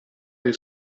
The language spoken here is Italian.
del